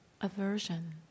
aversion